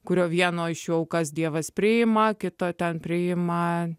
kurio vieno iš jų aukas dievas priima kitą ten priima